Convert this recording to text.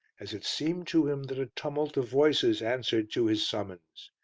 as it seemed to him that a tumult of voices answered to his summons.